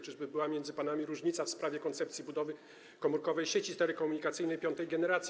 Czyżby była między panami różnica w sprawie koncepcji budowy komórkowej sieci telekomunikacyjnej piątej generacji?